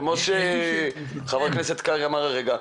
כמו שח"כ קרעי אמר הרגע,